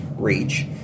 reach